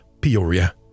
Peoria